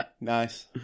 nice